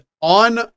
on